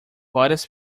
várias